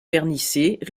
vernissées